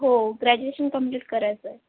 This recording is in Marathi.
हो ग्रॅज्युएशन कंप्लीट करायचंय